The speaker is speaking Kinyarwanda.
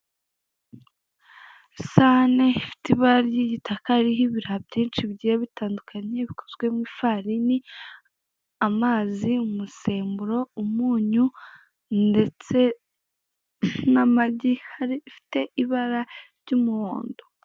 Isahane ifite ibara ry'igitaka iriho ibiraha byinshi, bigiye bitandukanye bikozwe mu ifarini, amazi, umusemburo, umunyu, ndetse n'amagi, ari afite ibara ry'umuhondo.